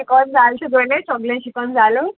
शिकोन जालें तुगेलें सोगलें शिकोन जालें